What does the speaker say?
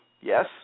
yes